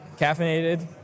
Caffeinated